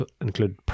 Include